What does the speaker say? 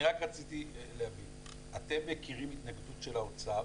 אתם מכירים התנגדות של האוצר